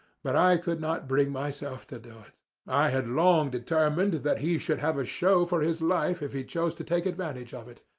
but i could not bring myself to do i had long determined that he should have a show for his life if he chose to take advantage of it.